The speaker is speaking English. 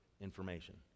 information